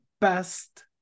best